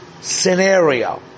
scenario